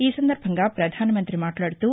ఈ సందర్బంగా ప్రధానమంతి మాట్లాడుతూ